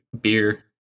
beer